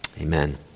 Amen